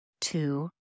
Two